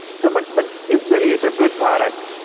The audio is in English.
so, but, but, it really, it's a good product.